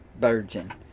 virgin